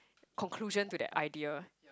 conclusion to that idea